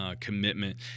commitment